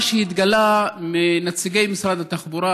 מה שהתגלה מנציגי משרד התחבורה,